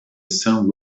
sun